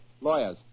Lawyers